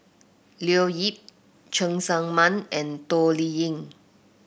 Leo Yip Cheng Tsang Man and Toh Liying